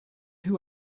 who